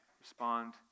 respond